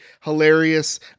hilarious